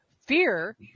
Fear